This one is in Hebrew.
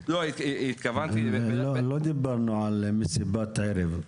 לא דיברנו על מסיבת ערב,